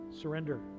surrender